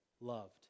loved